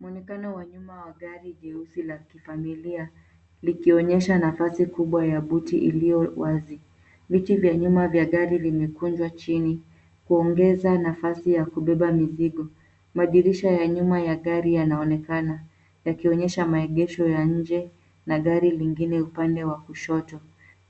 Muonekano wa nyuma ya gari jeusi la kifamilia likionyesha nafasi kubwa ya buti iliyo wazi. Viti vya nyuma vya gari vimekunjwa chini kuongeza nafasi ya kubeba mizigo. Madirisha ya nyuma ya gari yanaonekana yakionyesha maegesho ya nje na gari lingine upande wa kushoto.